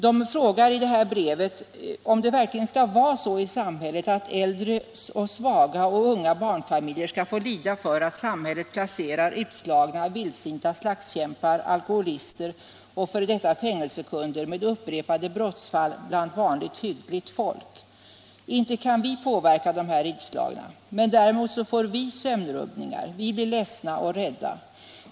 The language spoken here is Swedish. De frågar i brevet, om det verkligen skall vara så i samhället att äldre och svaga och unga barnfamiljer skall få lida för att myndigheterna placerar utslagna, vildsinta slagskämpar, alkoholister och f. d. fängelsekunder med upprepade brottsfall bland vanligt hyggligt folk. Inte kan vi påverka de här utslagna, skriver de, men däremot får vi sömnrubbningar och blir ledsna och rädda.